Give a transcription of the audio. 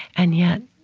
and yet,